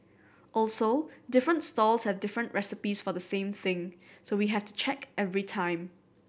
also different stalls have different recipes for the same thing so we have to check every time